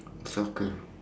soccer